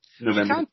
November